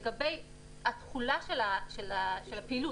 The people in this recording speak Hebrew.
לגבי התחולה של הפעילות,